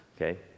Okay